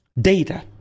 data